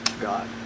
God